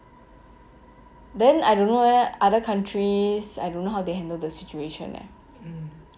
then I don't know eh other countries I don't know how to handle the situation eh